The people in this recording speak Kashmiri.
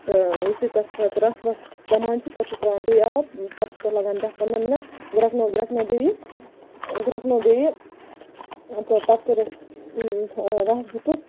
تہٕ یُتھُے تتھ پَتہٕ رَس وَس ژَمان چھ پَتہٕ چھِ تراوان بیٚیہِ آب پَتہٕ چھِ تتھ لَگان داہہ پَنٛداہہ مِنَٹ گرکنوٚو گرکنوٚو بیٚیہِ گرکنوٚو بیٚیہِ تہٕ پَتہٕ کوٚرُس رَس دِیُتُس